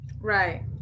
Right